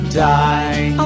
die